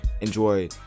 enjoy